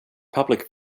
public